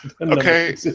Okay